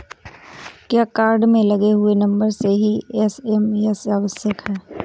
क्या कार्ड में लगे हुए नंबर से ही एस.एम.एस आवश्यक है?